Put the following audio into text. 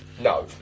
No